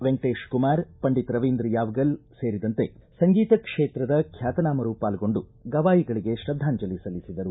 ವೆಂಕಟೇಶಕುಮಾರ ಪಂಡಿತ ರವೀಂದ್ರ ಯಾವಗಲ್ ಸೇರಿದಂತೆ ಸಂಗೀತ ಕ್ಷೇತ್ರದ ಖ್ಯಾತನಾಮರು ಪಾಲ್ಗೊಂಡು ಗವಾಯಿಗಳಿಗೆ ಶ್ರದ್ಧಾಂಜಲಿ ಸಲ್ಲಿಸಿದರು